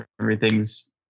everything's